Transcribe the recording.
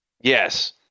Yes